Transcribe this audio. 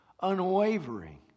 unwavering